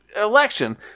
election